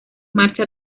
marcha